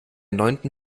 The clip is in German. neunten